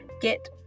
Get